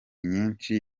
nyinshi